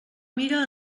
mira